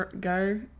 go